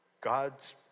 God's